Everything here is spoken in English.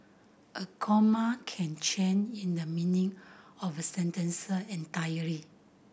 a comma can change in the meaning of a sentence entirely